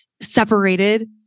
separated